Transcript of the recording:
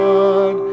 God